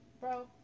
Bro